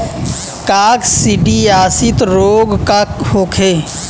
काकसिडियासित रोग का होखे?